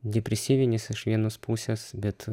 depresyvinis iš vienos pusės bet